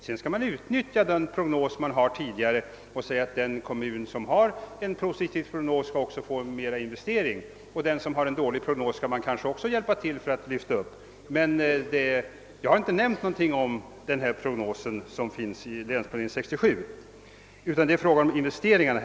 Sedan skall man utnyttja den tidigare prognosen och låta de kommuner som har en positiv prognos få investera mera, men man skall också hjälpa kommuner med dåliga framtidsutsikter. Jag har som sagt inte nämnt någonting om den prognos som finns med i länsplanering 67 utan mitt resonemang gäller investeringarna.